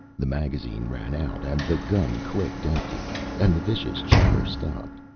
the magazine ran out and the gun clicked empty and the vicious chatter stopped.